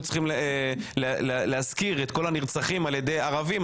צריכים להזכיר את כל הנרצחים על ידי ערבים,